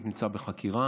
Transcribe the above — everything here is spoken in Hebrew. התיק נמצא בחקירה,